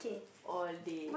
all day